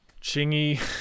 chingy